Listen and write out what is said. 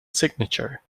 signature